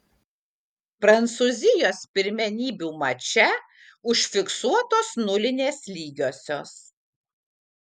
prancūzijos pirmenybių mače užfiksuotos nulinės lygiosios